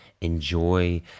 Enjoy